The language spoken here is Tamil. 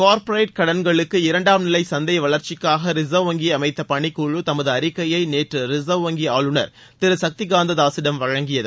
கார்பரேட் கடன்களுக்கு இரண்டாம் நிலை சந்தை வளர்ச்சிக்காக ரிசர்வ் வங்கி அமைத்த பணிக் குழு தமது அறிக்கையை நேற்று ரிசர்வ் வங்கி ஆளுநர் திரு சக்தி காந்த தாசிடம் வழங்கியது